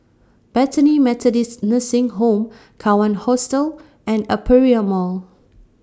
Bethany Methodist Nursing Home Kawan Hostel and Aperia Mall